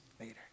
later